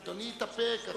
אדוני יתאפק.